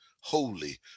holy